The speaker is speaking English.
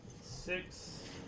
Six